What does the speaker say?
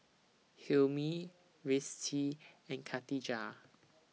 Hilmi Rizqi and Katijah